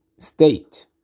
state